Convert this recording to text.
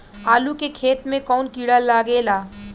आलू के खेत मे कौन किड़ा लागे ला?